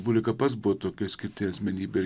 bulika pats buvo tokia išskirtinė asmenybė